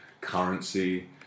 currency